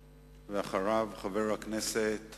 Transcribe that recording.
ואחריו, חבר הכנסת